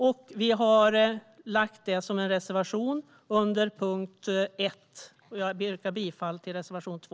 Vi har lagt fram detta som en reservation under punkt 1, och jag yrkar således bifall till reservation 2.